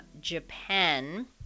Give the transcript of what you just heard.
Japan